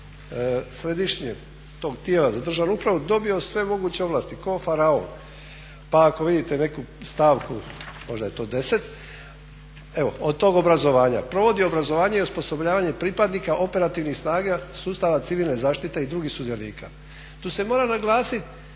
središnjeg tog tijela za državnu upravu dobio sve moguće ovlasti ko faraon. Pa ako vidite neku stavku, možda je to 10, evo od tog obrazovanja, provodi obrazovanje i osposobljavanje pripadnika operativnih snaga sustava civilne zaštite i drugih sudionika. Tu se mora naglasit